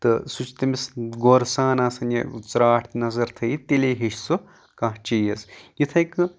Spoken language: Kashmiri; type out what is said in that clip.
تہٕ سُہ چھُ تٔمِس غورٕ سان آسان یہِ ژاٹھ نظر تھٲیِتھ تیٚلی ہٮ۪چھِ سُہ کانٛہہ چیٖز یِتھٕے کٲٹھۍ